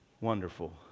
Wonderful